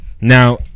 now